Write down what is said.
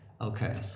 okay